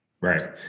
Right